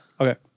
Okay